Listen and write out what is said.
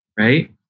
Right